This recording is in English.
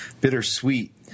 bittersweet